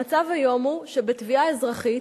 המצב היום הוא שבתביעה אזרחית,